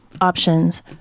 options